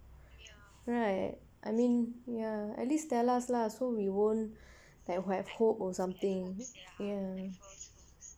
right I mean ya at least tell us lah so we won't have hope or something ya